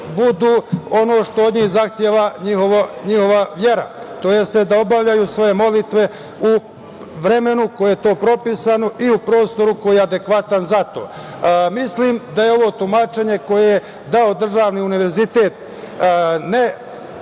budu ono što od njih zahteva njihova vera, tj. da obavljaju svoje molitve u vremenu u kom je to propisano, tj. u prostoru koji je adekvatan za to. Mislim da je ovo tumačenje koje je dao državni univerzitet